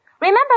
Remember